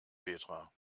petra